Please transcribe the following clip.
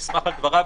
אני נסמך על דבריו,